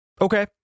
Okay